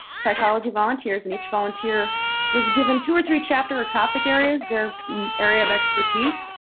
psychology volunteers, and each volunteer was given two or three chapter or topic areas, their area of expertise,